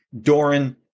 doran